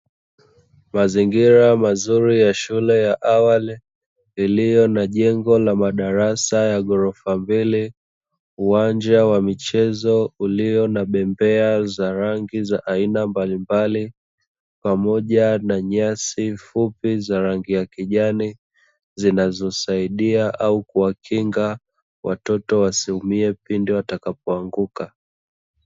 Mazingira mazuri ya shule ya awali iliyo na jengo la madarasa ya gorofa mbili, uwanja wa michezo ulio na bembea za rangi za aina mbalimbali, pamoja na nyasi fupi za rangi ya kijani, zinazosaidia au kuwakinga watoto wasiumie pindi watakapo anguka.